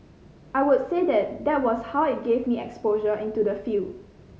I would say that was how it give me exposure into the field